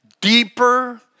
deeper